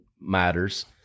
matters